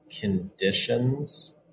conditions